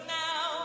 now